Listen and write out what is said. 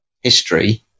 history